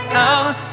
out